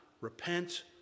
repent